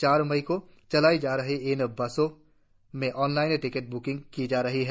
चार मई को चलाई जा रही इन बसों में ऑनलाइन टिकट ब्किंग की जा रही है